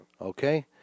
Okay